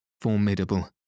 formidable